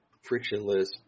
frictionless